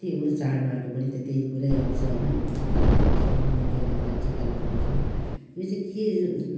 त्यही हो चाडबाडको पनि त्यति पुरै आउँछ होइन हामीले टिका लगाउँछौँ मन्दिर जाँदा टिका लगाउँछौँ यो चाहिँ के